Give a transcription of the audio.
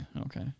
Okay